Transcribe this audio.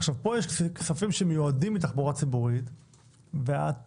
פה יש כספים שמיועדים לתחבורה ציבורית ואת